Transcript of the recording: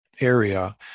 area